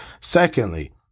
Secondly